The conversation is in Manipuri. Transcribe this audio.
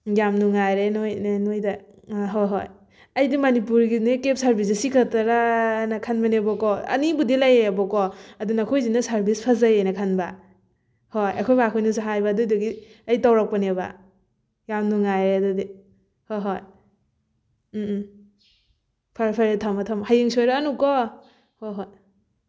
ꯌꯥꯝ ꯅꯨꯡꯉꯥꯏꯔꯦ ꯅꯣꯏ ꯅꯣꯏꯗ ꯑ ꯍꯣꯏ ꯍꯣꯏ ꯑꯩꯗꯣ ꯃꯅꯤꯄꯨꯔꯒꯤꯅꯦ ꯀꯦꯞ ꯁꯔꯚꯤꯁ ꯁꯤ ꯈꯛꯇꯔꯥꯅ ꯈꯟꯕꯅꯦꯕꯀꯣ ꯑꯅꯤꯕꯨꯨꯗꯤ ꯂꯩꯌꯦꯕꯀꯣ ꯑꯗꯣ ꯅꯈꯣꯏꯒꯤꯁꯤꯅ ꯁꯔꯚꯤꯁ ꯐꯖꯩꯑꯦꯅ ꯈꯟꯕ ꯍꯣꯏ ꯑꯩꯈꯣꯏ ꯕꯥꯍꯣꯏꯅꯁꯨ ꯍꯥꯏꯕ ꯑꯗꯨꯗꯨꯒꯤ ꯑꯩ ꯇꯧꯔꯛꯄꯅꯦꯕ ꯌꯥꯝ ꯅꯨꯡꯉꯥꯏꯔꯦ ꯑꯗꯨꯗꯤ ꯍꯣ ꯍꯣꯏ ꯎꯝ ꯎꯝ ꯐꯔꯦ ꯐꯔꯦ ꯊꯝꯃꯣ ꯊꯝꯃꯣ ꯍꯌꯦꯡ ꯁꯣꯏꯔꯛꯑꯅꯨꯀꯣ ꯍꯣ ꯍꯣꯏ